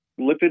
lipid